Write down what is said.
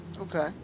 Okay